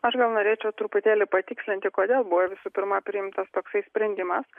aš gal norėčiau truputėlį patikslinti kodėl buvo visų pirma priimtas toksai sprendimas